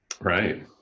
Right